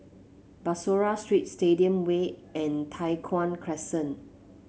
Bussorah Street Stadium Way and Tai Hwan Crescent